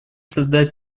создать